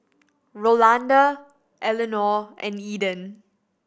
Rolanda Elinor and Eden